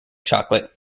chocolate